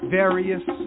various